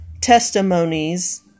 testimonies